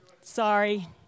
Sorry